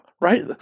Right